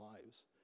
lives